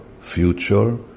future